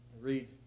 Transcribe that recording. read